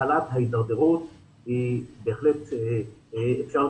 שהתחלת ההתדרדרות, בהחלט אפשר